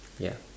ya